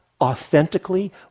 authentically